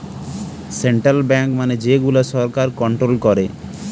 central bank মানে যে গুলা সরকার কন্ট্রোল করে